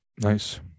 Nice